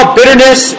bitterness